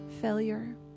failure